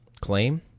Claim